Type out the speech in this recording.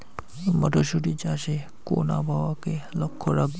মটরশুটি চাষে কোন আবহাওয়াকে লক্ষ্য রাখবো?